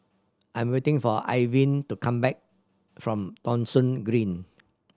I am waiting for Irvine to come back from Thong Soon Green